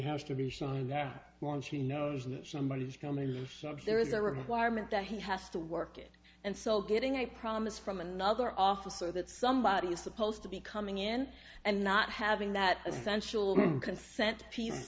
has to be seen there want to know somebody is coming up there is a requirement that he has to work it and so getting a promise from another officer that somebody is supposed to be coming in and not having that essential consent pe